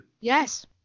Yes